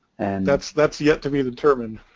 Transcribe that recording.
and that's that's yet to be determined